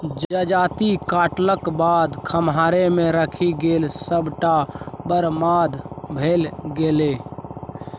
जजाति काटलाक बाद खम्हारे मे रहि गेल सभटा बरबाद भए गेलै